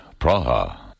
Praha